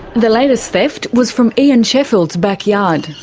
the latest theft was from ian sheffield's backyard.